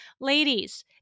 Ladies